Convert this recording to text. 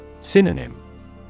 Synonym